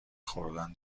خوردن